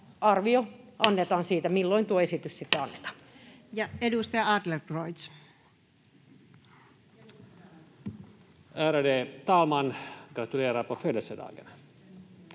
koputtaa] milloin tuo esitys sitten annetaan. Edustaja Adlercreutz.